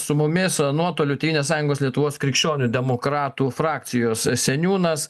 su mumis nuotoliu tėvynės sąjungos lietuvos krikščionių demokratų frakcijos seniūnas